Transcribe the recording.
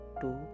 two